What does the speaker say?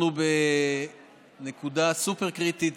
אנחנו בנקודה סופר-קריטית